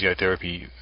physiotherapy